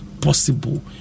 possible